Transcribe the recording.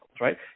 right